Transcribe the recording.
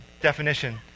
definition